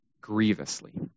grievously